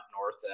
north